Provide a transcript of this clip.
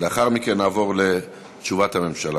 לאחר מכן נעבור לתשובת הממשלה.